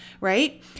right